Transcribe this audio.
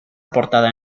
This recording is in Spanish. portada